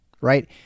right